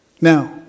Now